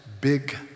big